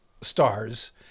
stars